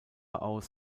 aus